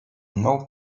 nou